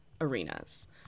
arenas